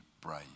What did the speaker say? brave